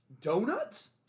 Donuts